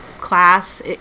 class